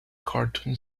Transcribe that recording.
cartoon